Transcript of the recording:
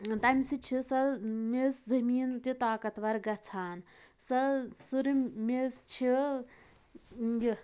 تمہِ سۭتۍ چھِ سۄ میٚژ زمیٖن تہِ طاقتوَر گَژھان سۄ سُرٕ میٚژ چھِ یہِ